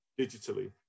digitally